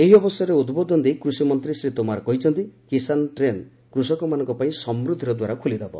ଏହି ଅବସରରେ ଉଦ୍ବୋଧନ ଦେଇ କୃଷି ମନ୍ତ୍ରୀ ଶ୍ରୀ ତୋମର କହିଛନ୍ତି କିଶାନ୍ ଟ୍ରେନ୍ କୃଷକମାନଙ୍କ ପାଇଁ ସମୃଦ୍ଧିର ଦ୍ୱାର ଖୋଲିଦେବ